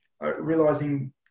realizing